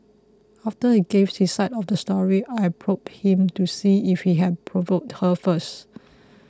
after he gave his side of the story I probed him to see if he had provoked her first